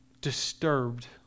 disturbed